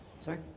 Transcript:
Sorry